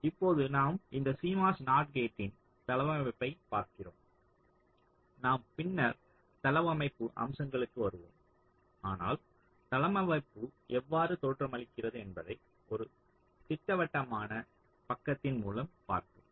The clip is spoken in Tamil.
இப்போது நாம் இந்த CMOS நாட் கேட்டின் தளவமைப்பைப் பார்க்கிறோம் நாம் பின்னர் தளவமைப்பு அம்சங்களுக்கு வருவோம் ஆனால் தளவமைப்பு எவ்வாறு தோற்றமளிக்கிறது என்பதைப் ஒரு திட்டவட்டமான பக்கத்தின் மூலம் பார்ப்போம்